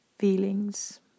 Feelings